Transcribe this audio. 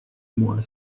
moi